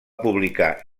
publicar